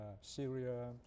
Syria